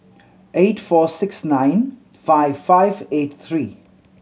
eight four six nine five five eight three